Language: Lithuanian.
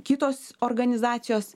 kitos organizacijos